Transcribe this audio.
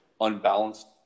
unbalanced